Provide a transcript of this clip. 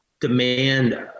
demand